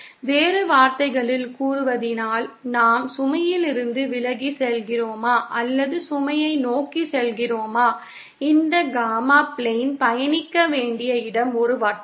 வேறு வார்த்தைகளில் கூறுவதானால் நாம் சுமையிலிருந்து விலகிச் செல்கிறோமா அல்லது சுமையை நோக்கிச் செல்கிறோமா இந்த காமா பிளேன் பயணிக்க வேண்டிய இடம் ஒரு வட்டம்